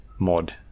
Mod